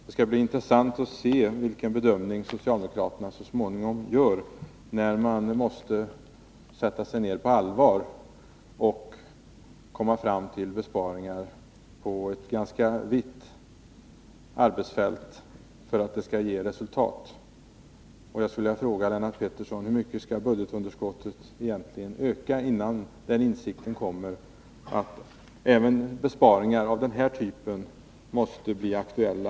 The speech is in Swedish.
Det skall blir intressant att se vilken bedömning socialdemokraterna så småningom gör när de på allvar måste sätta sig ner och komma fram till besparingar på ett ganska vitt arbetsfält för att det skall ge resultat. Jag skulle vilja fråga Lennart Pettersson: Hur mycket skall budgetunderskottet egentligen öka, innan den insikten kommer att även besparingar av den här typen måste bli aktuella?